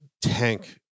tank